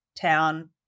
town